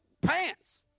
pants